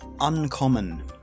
Uncommon